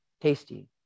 tasty